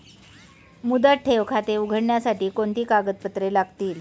मुदत ठेव खाते उघडण्यासाठी कोणती कागदपत्रे लागतील?